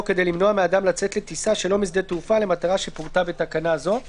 כדי למנוע מאדם לצאת לטיסה שלא משדה תעופה למטרה שפורטה בתקנה זו;